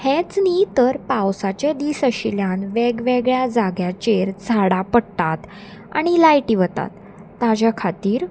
हेंच न्ही तर पावसाचे दीस आशिल्ल्यान वेगवेगळ्या जाग्याचेर झाडां पडटात आनी लायटी वतात ताज्या खातीर